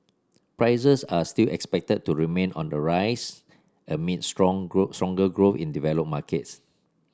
prices are still expected to remain on the rise amid strong growth stronger growth in developed markets